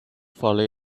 follow